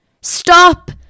Stop